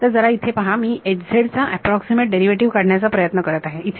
तर जरा इथे पहा मी चा अॅप्रॉक्सीमेट डेरिवेटिव काढण्याचा प्रयत्न करत आहे इथे